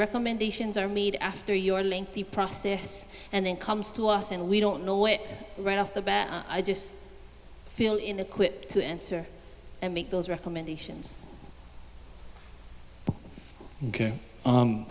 recommendations are made after your lengthy process and it comes to us and we don't know it right off the bat i just feel in equipped to answer and make those recommendations ok